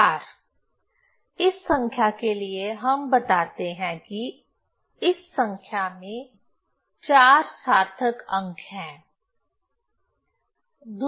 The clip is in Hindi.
4 इस संख्या के लिए हम बताते हैं कि इस संख्या में 4 सार्थक अंक हैं